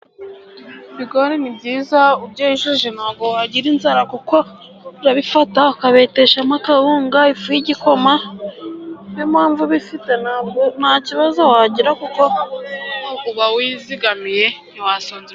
Ibigori ni byiza, ubyejeje ntabwo wagira inzara kuko urabifata ukabeteshamo akawunga, ifu y'igikoma, ni yo mpamvu ubifite nta kibazo wagira kuko uba wizigamiye ntiwasonza.